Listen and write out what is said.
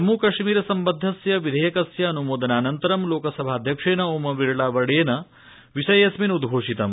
जम्मू कश्मीर सम्बद्धस्य विधेयकस्य अनुमोदनानन्तर लोकसभाध्यक्षेण ओम बिडला वर्येण विषयेडस्मिन् उद्घोषितम्